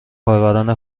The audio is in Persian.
کاربران